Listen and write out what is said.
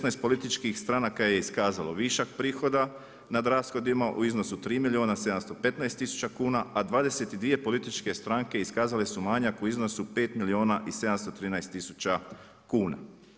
16 političkih stranaka je iskazalo višeg prihoda nad rashodima u iznosu 3 milijuna 715 tisuća kuna, a 22 političke stranke iskazale su manjak u iznosu 5 milijuna i 713 tisuća kuna.